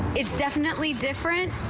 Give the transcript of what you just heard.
it's definitely different.